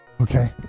Okay